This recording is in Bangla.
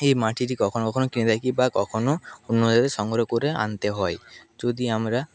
এই মাটিটি কখনও কখনও কিনে রাখি বা কখনও অন্য জায়গা থেকে সংগ্রহ করে আনতে হয় যদি আমরা